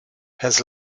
has